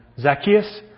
Zacchaeus